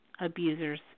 abusers